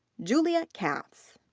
julia katz.